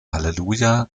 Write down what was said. halleluja